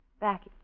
Back